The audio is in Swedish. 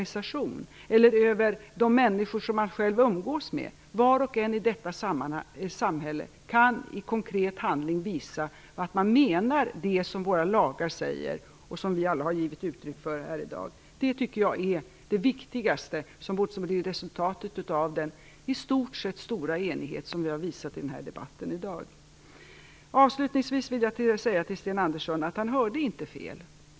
Var och en av oss har ett visst inflytande om inte över en myndighet som t.ex. jag så över en organisation eller de människor som man själv umgås med. Det tycker jag är det viktigaste resultatet av den i stort sett stora enighet som vi har visat i debatten i dag. Avslutningsvis vill jag säga till Sten Andersson att han inte hörde fel.